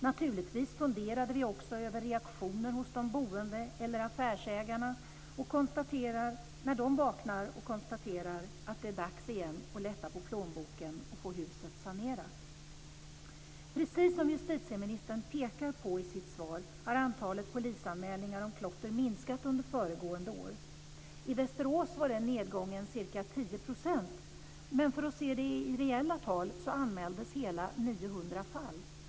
Naturligtvis funderade vi också över reaktioner hos de boende eller affärsägarna när de vaknar och konstaterar att det igen är dags att lätta på plånboken för att få huset sanerat. Precis som justitieministern pekar på i sitt svar har antalet polisanmälningar om klotter minskat under föregående år. I Västerås var den nedgången ca 10 %. Men i reella tal anmäldes hela 900 fall.